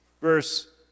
Verse